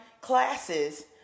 classes